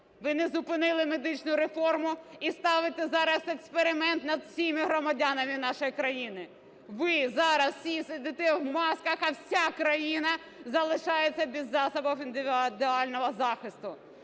Ви не зупинили медичну реформу і ставите зараз експеримент над всіма громадянами нашої країни. Ви зараз всі сидите в масках, а вся країна залишається без засобів індивідуального захисту.